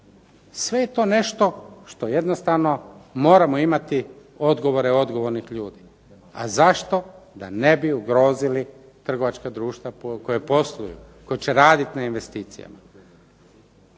Sve je to nešto što jednostavno moramo imati odgovore odgovornih ljudi. A zašto? Da ne bi ugrozili trgovačka društva koja posluju, koja će raditi na investicijama.